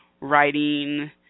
Writing